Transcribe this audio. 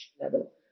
level